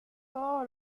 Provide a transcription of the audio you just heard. todo